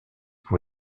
pour